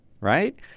right